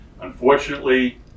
unfortunately